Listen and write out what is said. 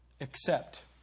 Accept